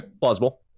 Plausible